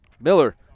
miller